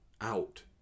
out